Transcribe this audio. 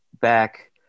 back